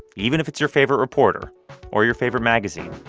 even if it's your favorite reporter or your favorite magazine.